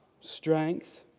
strength